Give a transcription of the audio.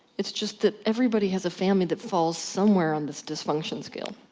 it's just that everybody has a family that falls somewhere on this dysfunction scale,